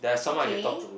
okay